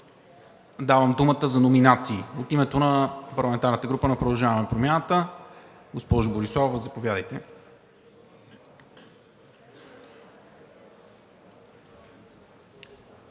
давам думата за номинации. От името на парламентарната група на „Продължаваме Промяната“ – госпожо Бориславова, заповядайте.